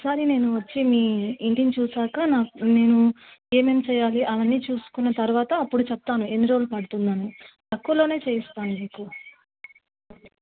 ఒకసారి నేను వచ్చి మీ ఇంటిని చూశాక నాకు నేను ఏమేమి చేయాలి అవన్నీ చూసుకున్న తర్వాత అప్పుడు చెప్తాను ఎన్ని రోజులు పడుతుంది అని తక్కువలో చేయిస్తాను మీకు